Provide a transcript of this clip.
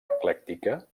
eclèctica